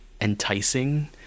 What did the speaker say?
enticing